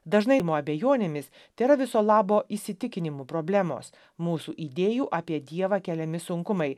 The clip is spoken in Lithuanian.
dažnai abejonėmis tėra viso labo įsitikinimų problemos mūsų idėjų apie dievą keliami sunkumai